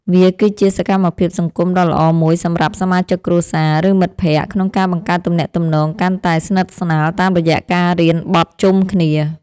វាគឺជាសកម្មភាពសង្គមដ៏ល្អមួយសម្រាប់សមាជិកគ្រួសារ ឬមិត្តភក្តិ ក្នុងការបង្កើតទំនាក់ទំនងកាន់តែស្និទ្ធស្នាលតាមរយៈការរៀនបត់ជុំគ្នា។